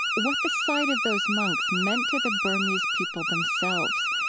what the sight of those monks meant to the burmese people themselves,